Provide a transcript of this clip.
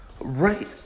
right